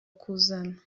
kuzana